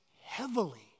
heavily